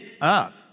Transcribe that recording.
up